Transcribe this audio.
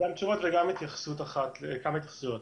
גם תשובות וגם כמה התייחסויות.